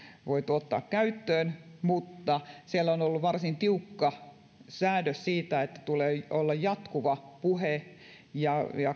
voitu ottaa käyttöön mutta siellä on ollut varsin tiukka säädös siitä että tulee olla jatkuva puhe ja